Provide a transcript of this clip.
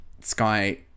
Sky